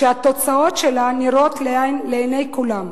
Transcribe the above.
שהתוצאות שלה נראות לעיני כולם?